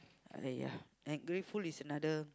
!aiya! ungrateful is another